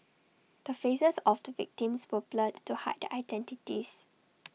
the faces of two victims were blurred to hide their identities